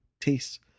taste